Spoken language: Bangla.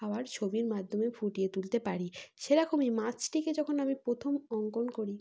আবার ছবির মাধ্যমে ফুটিয়ে তুলতে পারি সেরকমই মাছটিকে যখন আমি প্রথম অঙ্কন করি